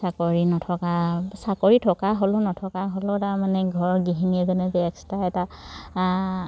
চাকৰি নথকা চাকৰি থকা হ'লেও নথকা হ'লেও তাৰমানে ঘৰৰ গৃহিণীজনীয়ে যে এক্সট্ৰা এটা